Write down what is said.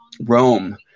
Rome